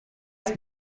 just